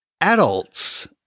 adults